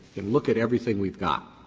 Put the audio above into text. and look at everything we've got.